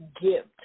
gift